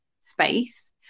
space